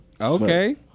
Okay